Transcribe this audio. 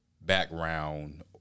background